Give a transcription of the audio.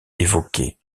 évoqués